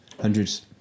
Hundreds